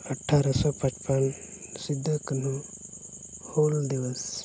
ᱟᱴᱷᱨᱚᱥᱚ ᱯᱚᱧᱪᱯᱚᱱ ᱥᱤᱫᱩ ᱠᱟᱹᱱᱦᱩ ᱦᱩᱞ ᱫᱤᱵᱚᱥ